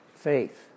Faith